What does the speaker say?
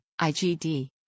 IgD